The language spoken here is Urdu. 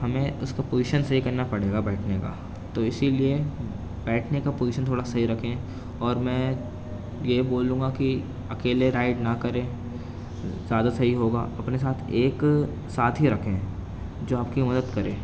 ہمیں اس کا پوزیشن صحیح کرنا پڑے گا بیٹھنے کا تو اسی لیے بیٹھنے کا پوزیشن تھوڑا صحیح رکھیں اور میں یہ بولوں گا کہ اکیلے رائڈ نہ کریں زیادہ صحیح ہوگا اپنے ساتھ ایک ساتھی رکھیں جو آپ کی مدد کرے